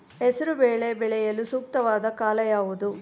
ಹೆಸರು ಬೇಳೆ ಬೆಳೆಯಲು ಸೂಕ್ತವಾದ ಕಾಲ ಯಾವುದು?